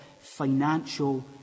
financial